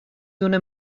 دونه